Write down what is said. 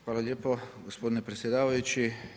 Hvala lijepo gospodine predsjedavajući.